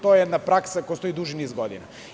To je jedna praksa koja postoji već duži niz godina.